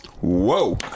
Whoa